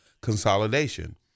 consolidation